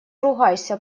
ругайся